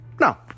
No